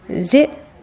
zip